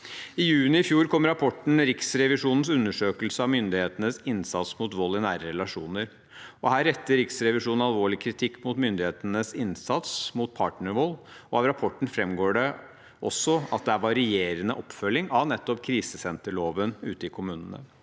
I juni i fjor kom rapporten Riksrevisjonens undersøkelse av myndighetenes innsats mot vold i nære relasjoner, og her retter Riksrevisjonen alvorlig kritikk mot myndighetenes innsats mot partnervold. Av rapporten framgår det også at det er varierende oppfølging av nettopp krisesenterloven ute i kommunene.